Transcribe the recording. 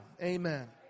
Amen